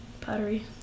pottery